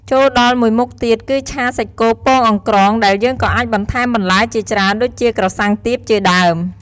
ចូលដល់មួយមុខទៀត គឺឆាសាច់គោពងអង្រ្កង ដែលយើងក៏អាចបន្ថែមបន្លែជាច្រើន ដូចជា ក្រសាំងទាប ជាដើម។